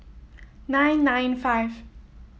nine nine five